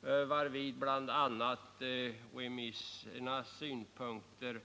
Därvid skall bl.a. remissinstansernas synpunkter